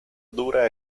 dura